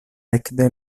ekde